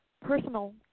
personal